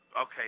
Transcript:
Okay